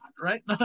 right